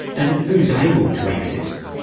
and who is able to access it?